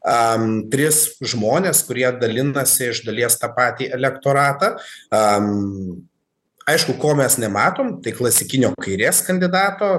am tris žmones kurie dalinasi iš dalies tą patį elektoratą am aišku ko mes nematom tai klasikinio kairės kandidato